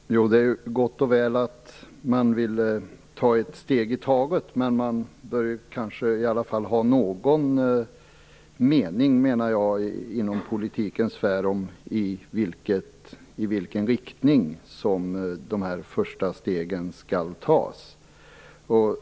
Herr talman! Det är gott och väl att man vill ta ett steg i taget. Men någon mening bör man väl ha inom politikens sfär om i vilken riktning de här första stegen skall tas.